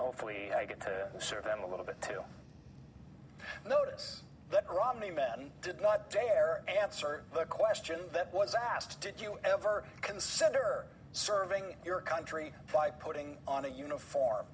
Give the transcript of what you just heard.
hopefully i get to serve them a little bit to notice that romney met did not dare answer the question that was asked did you ever consider serving your country by putting on a uniform